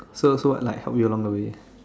so so what like help you along the way